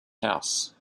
house